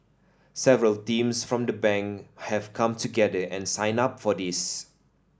several teams from the Bank have come together and signed up for this